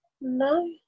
No